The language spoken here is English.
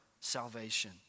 salvation